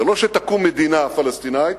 זה לא שתקום מדינה פלסטינית